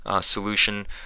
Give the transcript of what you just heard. solution